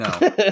No